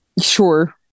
Sure